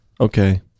okay